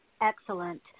excellent